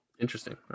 interesting